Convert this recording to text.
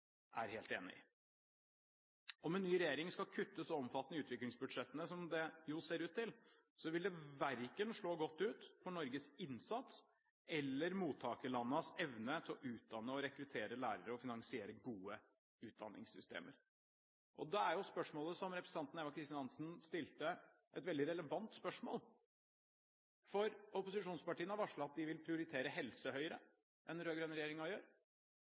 Om en ny regjering skal kutte så omfattende i utviklingsbudsjettene som det jo ser ut til, vil det verken slå godt ut for Norges innsats eller mottakerlandenes evne til å utdanne og rekruttere lærere og finansiere gode utdanningssystemer. Da er spørsmålet som representanten Eva Kristin Hansen stilte, et veldig relevant spørsmål. For opposisjonspartiene har varslet at de vil prioritere helse høyere enn den rød-grønne regjeringen gjør,